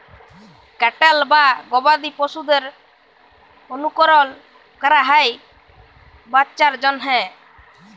cattle বা গবাদি পশুদের অলুকরল ক্যরা হ্যয় বাচ্চার জ্যনহে